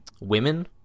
Women